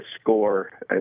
score